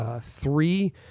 three